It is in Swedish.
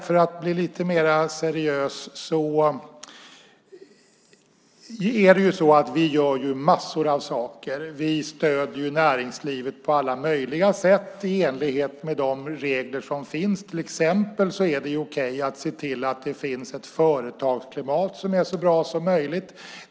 För att vara lite mer seriös: Vi gör massor av saker. Vi stöder näringslivet på alla möjliga sätt i enlighet med de regler som finns. Till exempel är det okej att se till att det finns ett företagsklimat som är så bra som möjligt.